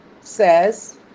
says